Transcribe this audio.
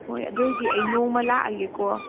ꯍꯣꯏ ꯑꯗꯨ ꯑꯣꯏꯗꯤ ꯑꯩ ꯅꯣꯡꯃ ꯂꯥꯛꯑꯒꯦꯀꯣ